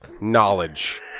knowledge